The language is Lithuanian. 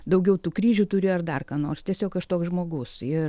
daugiau tų kryžių turi ar dar ką nors tiesiog aš toks žmogus ir